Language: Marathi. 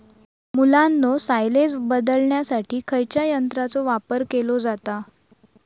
मुलांनो सायलेज बदलण्यासाठी खयच्या यंत्राचो वापर केलो जाता?